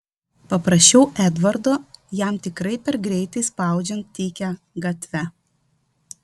paprašiau edvardo jam tikrai per greitai spaudžiant tykia gatve